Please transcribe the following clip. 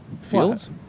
fields